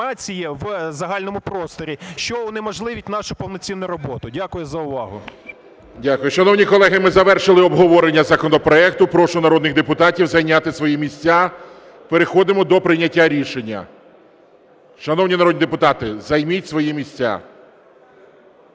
Дякую за увагу.